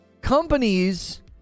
companies